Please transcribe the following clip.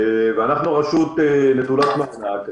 אנחנו רשות נטולת מענק,